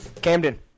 Camden